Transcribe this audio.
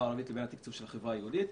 הערבית ובין התקצוב של החברה היהודית.